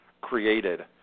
created